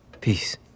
peace